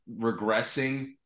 regressing –